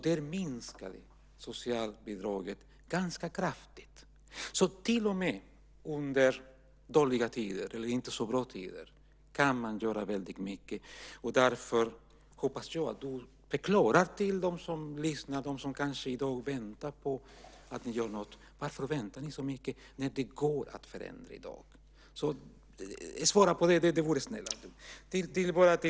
Där minskar socialbidragen ganska kraftigt. Till och med under dåliga tider eller inte så goda tider kan man alltså göra mycket. Därför hoppas jag att du förklarar för dem som lyssnar och för dem som kanske i dag väntar på att ni gör något varför ni väntar så mycket. Det går ju att förändra i dag. Svara på det, snälla du! Kalle Larsson!